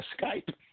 Skype